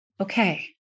okay